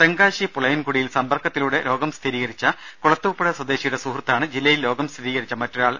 തെങ്കാശി പുളയൻകുടിയിൽ സമ്പർക്കത്തിലൂടെ രോഗം സ്ഥിരീകരിച്ച കുളത്തുപ്പുഴ സ്വദേശിയുടെ സുഹൃത്താണ് ജില്ലയിൽ രോഗം സ്ഥിരീകരിച്ച മറ്റൊരാൾ